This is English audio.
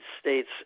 States